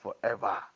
forever